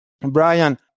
Brian